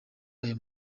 aya